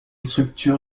structure